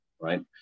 right